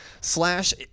Slash